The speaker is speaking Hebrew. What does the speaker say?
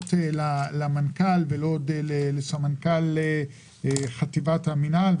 ישירות למנכ"ל ולא לסמנכ"ל חטיבת המינהל.